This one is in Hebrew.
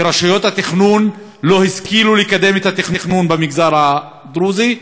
שרשויות התכנון לא השכילו לקדם את התכנון במגזר הדרוזי.